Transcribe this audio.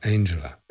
Angela